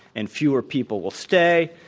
and fewer people will stay.